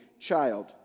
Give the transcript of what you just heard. child